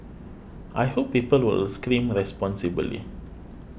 I hope people will scream responsibly